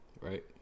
right